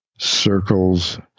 circles